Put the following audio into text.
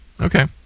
Okay